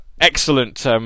excellent